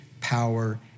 power